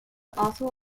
also